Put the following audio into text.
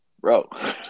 bro